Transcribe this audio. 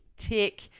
Tick